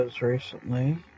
recently